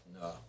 No